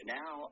now